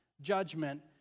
judgment